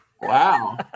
Wow